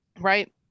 right